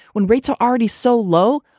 when rates are already so low.